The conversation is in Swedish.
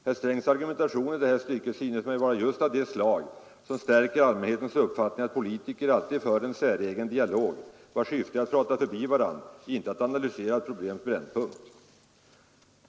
Herr Strängs argumentation i detta stycke synes mig vara just av det slag som stärker allmänhetens uppfattning att politiker alltid för en säregen dialog, vars syfte är att prata förbi varandra, inte att analysera ett problems brännpunkt.